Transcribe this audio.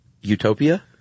Utopia